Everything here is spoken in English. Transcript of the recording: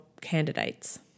candidates